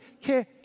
care